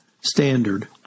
standard